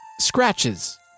scratches